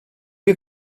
you